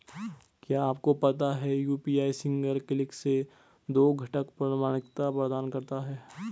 क्या आपको पता है यू.पी.आई सिंगल क्लिक से दो घटक प्रमाणिकता प्रदान करता है?